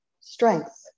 strength